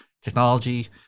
technology